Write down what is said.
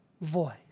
voice